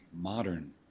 modern